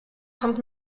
kommt